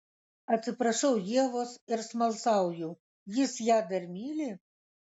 atsiprašau ievos ir smalsauju jis ją dar myli